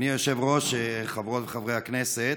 אדוני היושב-ראש, חברות וחברי הכנסת,